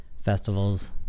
festivals